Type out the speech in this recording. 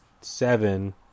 seven